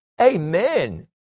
Amen